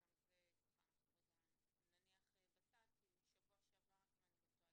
וגם זה אנחנו רגע נניח בצד כי לפני שבועיים התקיים